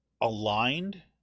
aligned